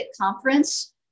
conference